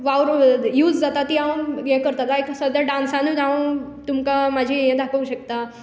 वावरु use जाता ती हांव हें करतां सद्या डान्सानूय हांव तुमकां म्हजी ये दाखोवंक शकतां